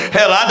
Hell